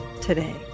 today